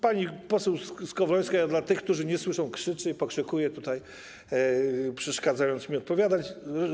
Pani poseł Skowrońska - mówię tym, którzy tego nie słyszą - krzyczy i pokrzykuje tutaj, przeszkadzając mi odpowiadać.